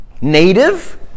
Native